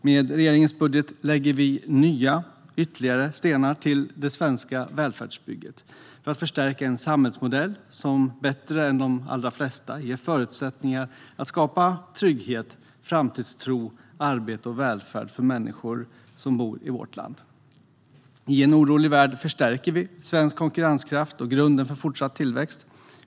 Med regeringens budget lägger vi nya ytterligare stenar till det svenska välfärdsbygget för att förstärka en samhällsmodell som bättre än de allra flesta ger förutsättningar att skapa trygghet, framtidstro, arbete och välfärd för människor som bor i vårt land. I en orolig värld förstärker vi svensk konkurrenskraft och grunden för fortsatt god tillväxt.